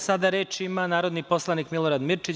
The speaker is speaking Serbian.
Sada reč ima narodni poslanik Milorad Mirčić.